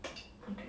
okay